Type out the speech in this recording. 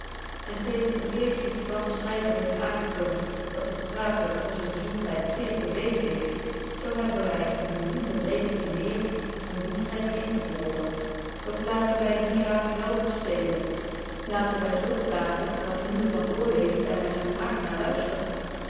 en zedert een geestig fransch schryver heeft aangetoont dat het praten onze gezondheid zeer voordeelig is zo hebben wy eene voldoende reden te meer om dien trek in te volgen doch laten wy die gaaf wel besteden laten wy zo praten dat lieden van oordeel er met vermaak naar luisteren